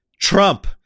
Trump